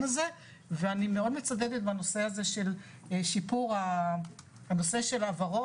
הזה ואני מאוד מצדדת בנושא הזה של שיפור הנושא של העברות,